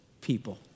people